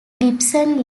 gibson